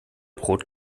brot